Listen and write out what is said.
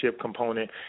component